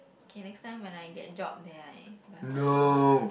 okay next time when I get job then I buy for you